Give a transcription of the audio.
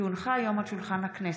כי הונחה היום על שולחן הכנסת,